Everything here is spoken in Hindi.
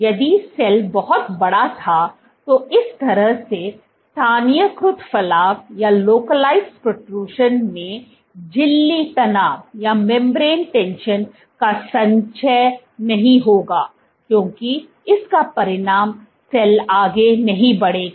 यदि सेल बहुत बड़ा था तो इस तरह के स्थानीयकृत फलाव में झिल्ली तनाव का संचय नहीं होगा क्योंकि इसका परिणाम सेल आगे नहीं बढ़ेगा